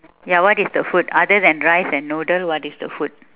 ya what is the food other than rice and noodle what is the food